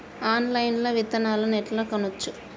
Online లా విత్తనాలను ఎట్లా కొనచ్చు?